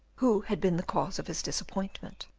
who had been the cause of his disappointment.